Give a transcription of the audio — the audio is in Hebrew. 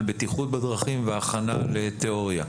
על בטיחות בדרכים והכנה לתיאוריה.